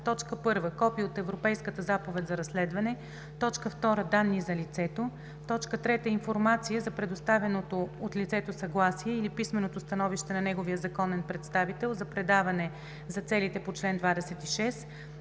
1. копие от Европейската заповед за разследване; 2. данни за лицето; 3. информация за предоставеното от лицето съгласие или писменото становище на неговия законен представител за предаване за целите по чл. 26;